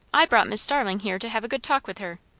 i brought miss starling here to have a good talk with her.